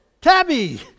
Tabby